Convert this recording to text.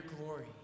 glory